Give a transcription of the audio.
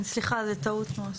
כן, סליחה, זה טעות.